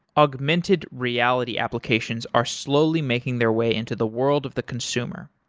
augmented reality applications are slowly making their way into the world of the consumer.